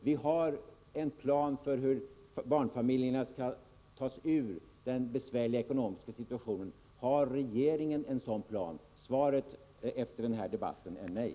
Vi har en plan för hur barnfamiljerna skall få hjälp att ta sig ur sin besvärliga ekonomiska situation. Har regeringen en sådan plan? Svaret efter den här debatten är nej.